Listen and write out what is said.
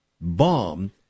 bomb